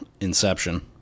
Inception